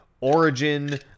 Origin